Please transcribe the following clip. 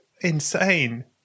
insane